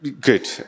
Good